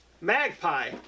Magpie